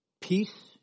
Peace